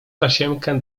tasiemkę